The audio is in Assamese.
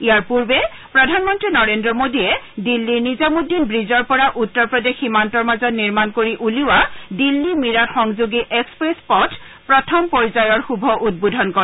ইয়াৰ পূৰ্বে প্ৰধানমন্ত্ৰী নৰেন্দ্ৰ মোদীয়ে দিল্লীৰ নিজামুদ্দিন ব্ৰীজৰ পৰা উত্তৰ প্ৰদেশ সীমান্তৰ মাজত নিৰ্মাণ কৰি উলিওৱা দিল্লী মিৰাট সংযোগী এক্সপ্ৰেছ পথৰ প্ৰথম পৰ্যায়ৰ শুভ উদ্বোধন কৰে